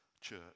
church